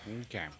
Okay